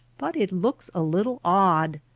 but it looks a little odd.